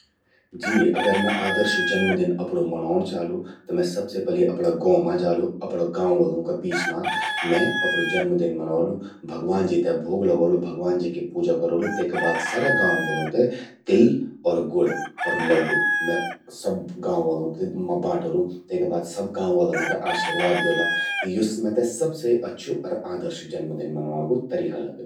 जी ..मैं अगर आदर्श जन्मदिन अपणूं मनौण चालू, मैं सबसे पलि अपणा गौं मां जालु। अपणा गांव वलूं का बीच मां मैं अपणूं जन्मदिन मनौलु। भगवान जी ते भोग लगौलु, भगवान जी कि पूजा करोलु। तेका बाद सरा गांव वलूं ते तिल और गुड़ अर लड्डू मैं सब गांव वलूं मां बांटलु। तेका बाद सब गांव वला मेते आशीर्वाद द्योला। त यो मेते सबसे अच्छू आदर्श जन्मदिन मनौण कु तरीका लगद।